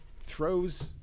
Throws